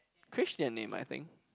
Christian name I think